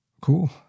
cool